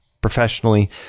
professionally